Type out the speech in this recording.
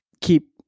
Keep